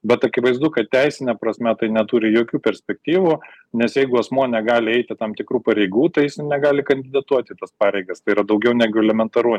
bet akivaizdu kad teisine prasme tai neturi jokių perspektyvų nes jeigu asmuo negali eiti tam tikrų pareigų tai jis ir negali kandidatuoti į tas pareigas tai yra daugiau negu elementaru